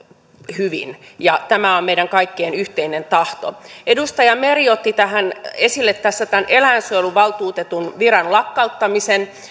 hyvin ja tämä on meidän kaikkien yhteinen tahto edustaja meri otti esille tämän eläinsuojeluvaltuutetun viran lakkauttamisen